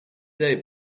day